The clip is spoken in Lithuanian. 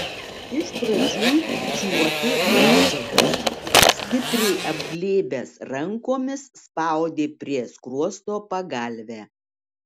iš pradžių čiuopė medžiagas stipriai apglėbęs rankomis spaudė prie skruosto pagalvę